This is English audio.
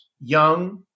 young